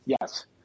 Yes